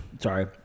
Sorry